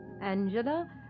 Angela